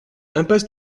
impasse